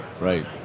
Right